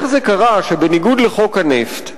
איך זה קרה שבניגוד לחוק הנפט,